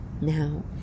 Now